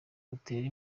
butera